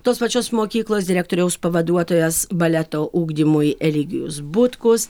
tos pačios mokyklos direktoriaus pavaduotojas baleto ugdymui eligijus butkus